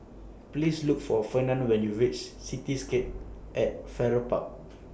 Please Look For Fernand when YOU REACH Cityscape At Farrer Park